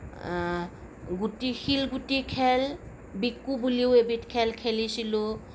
গুটি শিলগুটিৰ খেল বিকু বুলিও এবিধ খেল খেলিছিলোঁ